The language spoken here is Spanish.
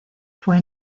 fue